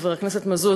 חבר הכנסת מזוז,